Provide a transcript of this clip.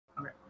Okay